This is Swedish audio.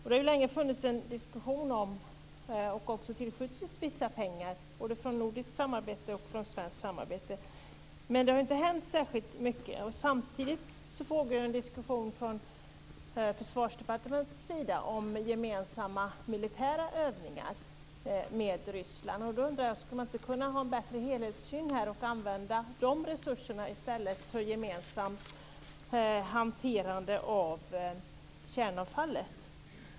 Det har länge funnits en diskussion om detta och även tillskjutits vissa medel både från nordiskt samarbete och från svenskt samarbete, men det har inte hänt särskilt mycket. Samtidigt förs en diskussion från Försvarsdepartementets sida om gemensamma militära övningar med Ryssland. Jag undrar om man inte skulle kunna ha en bättre helhetssyn och i stället använda de resurserna för gemensamt hanterande av kärnavfallet.